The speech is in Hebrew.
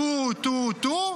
טו-טו-טו,